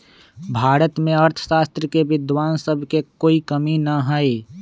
भारत में अर्थशास्त्र के विद्वान सब के कोई कमी न हई